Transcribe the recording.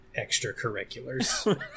extracurriculars